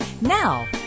Now